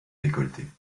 décolleté